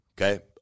Okay